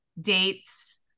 dates